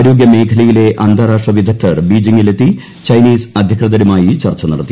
ആരോഗ്യമേഖലയിലെ അന്താരാഷ്ട്ര വിദഗ്ദ്ധർ ബീജിംഗിൽ എത്തി ചൈനീസ് അധികൃതരുമായി ചർച്ച നടത്തി